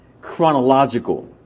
chronological